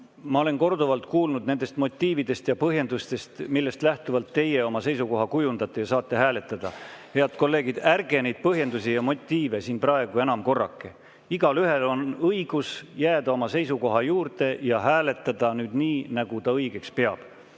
Ma olen korduvalt kuulnud nendest motiividest ja põhjendustest, millest lähtuvalt teie oma seisukoha kujundate ja saate hääletada. Head kolleegid, ärge neid põhjendusi ja motiive siin praegu enam korrake. Igaühel on õigus jääda oma seisukoha juurde ja hääletada nii, nagu ta õigeks peab.